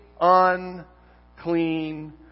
unclean